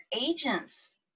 agents